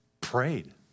prayed